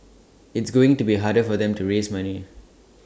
it's going to be harder for them to raise money